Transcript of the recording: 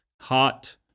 Hot